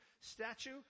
statue